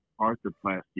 arthroplasty